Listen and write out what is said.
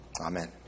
Amen